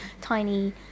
tiny